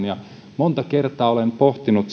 ja monta kertaa olen pohtinut